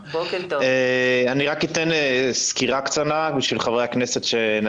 וכעת על ההשתתפות המזערית שיש